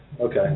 Okay